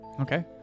Okay